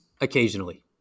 occasionally